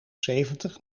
zeventig